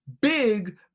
big